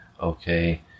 okay